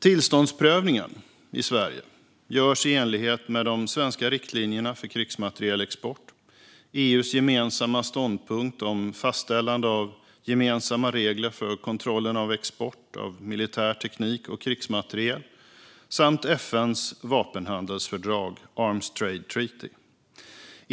Tillståndsprövningen i Sverige görs i enlighet med de svenska riktlinjerna för krigsmaterielexport, EU:s gemensamma ståndpunkt om fastställande av gemensamma regler för kontrollen av export av militär teknik och krigsmateriel samt FN:s vapenhandelsfördrag, Arms Trade Treaty.